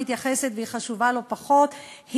החשובה לא פחות,